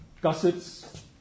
gussets